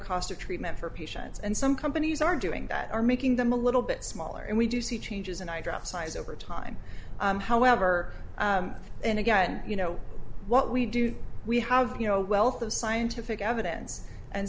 cost of treatment for patients and some companies are doing that are making them a little bit smaller and we do see changes in i dropped size over time however and again you know what we do we have you know wealth of scientific evidence and